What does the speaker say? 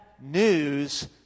news